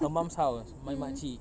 her mum's house my mak cik